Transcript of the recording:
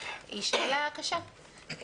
היא שאלה קשה.